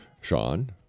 Sean